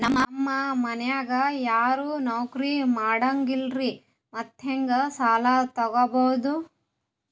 ನಮ್ ಮನ್ಯಾಗ ಯಾರೂ ನೌಕ್ರಿ ಮಾಡಂಗಿಲ್ಲ್ರಿ ಮತ್ತೆಹೆಂಗ ಸಾಲಾ ತೊಗೊಬೌದು?